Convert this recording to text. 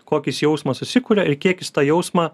kokį jis jausmą susikuria ir kiek jis tą jausmą